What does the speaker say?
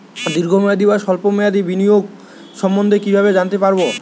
দীর্ঘ মেয়াদি বা স্বল্প মেয়াদি বিনিয়োগ সম্বন্ধে কীভাবে জানতে পারবো?